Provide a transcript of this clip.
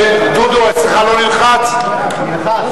התשע"א 2010, נתקבלה.